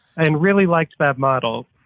and really liked that model.